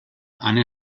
ane